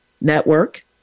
network